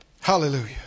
Hallelujah